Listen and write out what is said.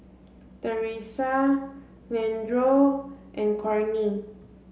Theresa Leandro and Cornie